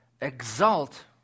exalt